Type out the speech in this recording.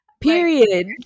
Period